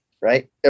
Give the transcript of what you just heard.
right